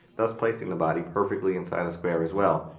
thus placing the body perfectly inside a square as well.